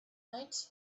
night